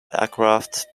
aircraft